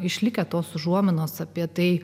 išlikę tos užuominos apie tai